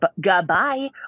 goodbye